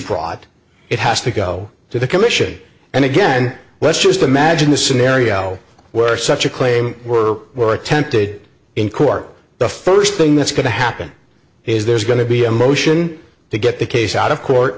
brought it has to go to the commission and again let's just imagine a scenario where such a claim were were attempted in court the first thing that's going to happen is there's going to be a motion to get the case out of court